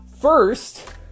first